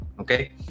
Okay